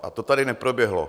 A to tady neproběhlo.